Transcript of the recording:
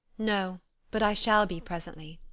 no but i shall be presently.